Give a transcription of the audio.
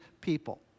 people